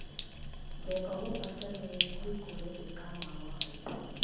backhoe असल में मट्टी कोड़े के काम आवऽ हई